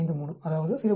53 அதாவது 0